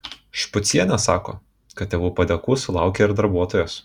špucienė sako kad tėvų padėkų sulaukia ir darbuotojos